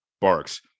barks